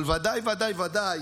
אבל ודאי, ודאי,